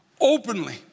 openly